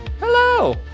hello